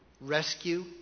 rescue